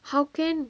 how can